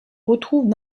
retrouvent